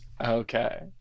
Okay